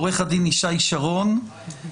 עורך הדין ישי שרון מהסניגוריה הציבורית,